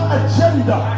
agenda